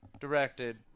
directed